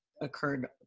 occurred